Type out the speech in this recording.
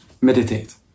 meditate